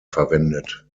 verwendet